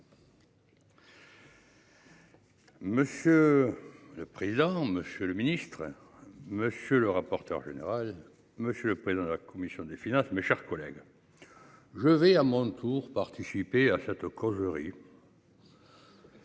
Monsieur le président. Monsieur le Ministre, monsieur le rapporteur général, monsieur le président de la commission des finances, mes chers collègues. Je vais à mon tour participer à cette causerie.